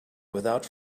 without